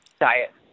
diet